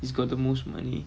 he's got the most money